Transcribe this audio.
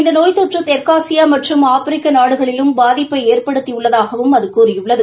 இந்த நோய் தொற்று தெற்காசியா மற்றும் ஆப்பிரிக்க நாடுகளிலும் பாதிப்பை ஏற்படுத்தி உள்ளதாகவும் அது கூறியுள்ளது